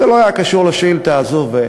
זה לא היה קשור לשאילתה הזו.